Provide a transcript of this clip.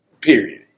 Period